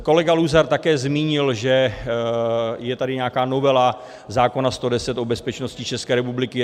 Kolega Luzar také zmínil, že je tady nějaká novela zákona č. 110 o bezpečnosti České republiky.